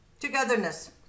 togetherness